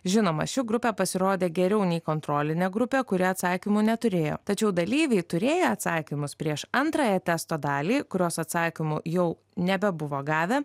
žinoma ši grupė pasirodė geriau nei kontrolinė grupė kuri atsakymų neturėjo tačiau dalyviai turėję atsakymus prieš antrąją testo dalį kurios atsakymų jau nebebuvo gavę